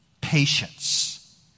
patience